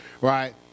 right